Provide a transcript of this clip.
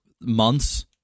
months